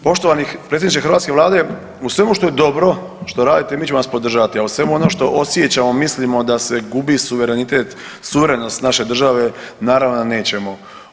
Poštovani predsjedniče hrvatske Vlade, u svemu što je dobro što radit, mi ćemo vas podržati a u svemu onom što osjećamo, mislimo da se gubi suverenitet, suverenost naše države, naravno da nećemo.